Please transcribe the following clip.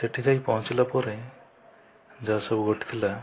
ସେଠି ଯାଇ ପହଞ୍ଚିଲା ପରେ ଯାହା ସବୁ ଘଟିଥିଲା